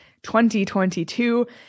2022